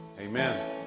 amen